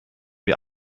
die